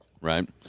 Right